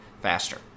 faster